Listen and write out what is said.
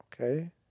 okay